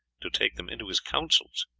to take them into his counsels,